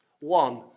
one